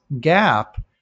gap